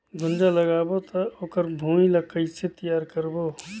गुनजा लगाबो ता ओकर भुईं ला कइसे तियार करबो?